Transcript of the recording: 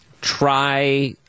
try